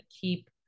keep